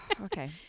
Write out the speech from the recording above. Okay